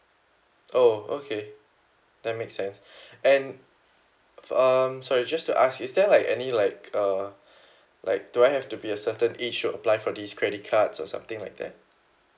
oh okay that makes sense and um sorry just to ask is there like any like uh like do I have to be a certain age to apply for this credit cards or something like that